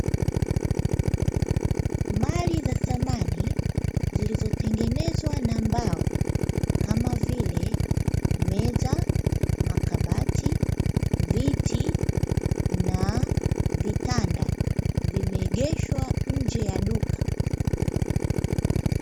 Mali za samani zilizotengenezwa na mbao kama vile: meza ,makabati ,viti na vitanda vimeegeshwa nje ya duka.